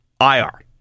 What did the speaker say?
IR